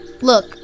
Look